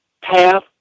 path